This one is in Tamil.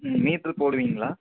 ம் மீட்ரு போடுவீங்களா